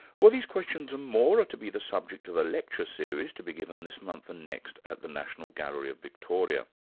well these questions and more are to be the subject of a lecture series to be given this month and next at the national gallery of victoria.